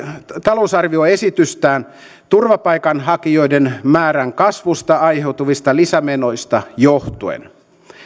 talousarvioesitystään turvapaikanhakijoiden määrän kasvusta aiheutuvista lisämenoista johtuen